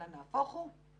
אלא נהפוך הוא,